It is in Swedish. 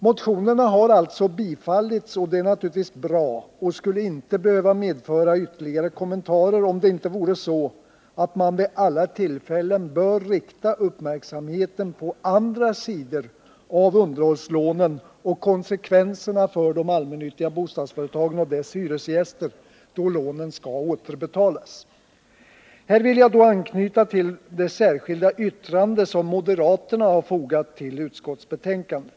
Motionerna har alltså tillstyrkts. Detta är naturligtvis bra och skulle inte behöva medföra ytterligare kommentarer, om det inte vore så att man vid alla tillfällen bör rikta uppmärksamheten på andra sidor av underhållslånen och på konsekvenserna för de allmännyttiga bostadsföretagen och deras hyresgäster då lånen skall återbetalas. Här vill jag då anknyta till det särskilda yttrande som moderaterna har fogat till utskottsbetänkandet.